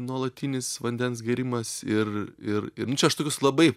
nuolatinis vandens gėrimas ir ir ir nu čia aš tokius labai